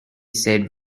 said